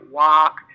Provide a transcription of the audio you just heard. walk